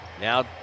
Now